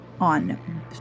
on